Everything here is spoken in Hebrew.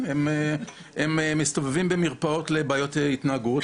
הם מסתובבים במרפאות לבעיות התנהגות,